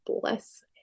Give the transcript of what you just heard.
bless